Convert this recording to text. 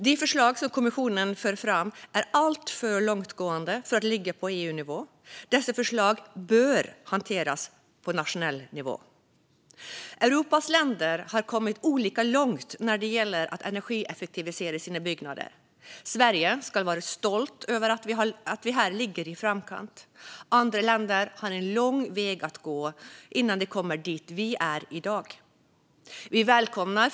De förslag som kommissionen för fram är alltför långtgående för att ligga på EU-nivå. Dessa förslag bör hanteras på nationell nivå. Europas länder har kommit olika långt när det gäller att energieffektivisera sina byggnader. Vi ska vara stolta över att Sverige ligger i framkant. Andra länder har en lång väg att gå innan de kommer dit där vi är i dag. Fru talman!